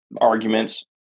arguments